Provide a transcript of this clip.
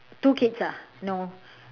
two kids ah no